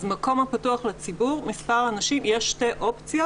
במקום הפתוח לציבור למספר האנשים יש שתי אופציות: